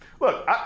Look